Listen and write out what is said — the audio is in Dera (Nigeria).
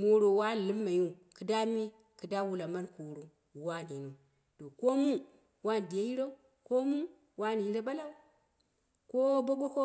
Moro wani lɨmmaiu, kidami kid- wula mani kooro, wo an yiniu, kɨda kodamu wani deeyirou, ko mu wani jiro ɓalau, kowa bo goko